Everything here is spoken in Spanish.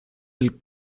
del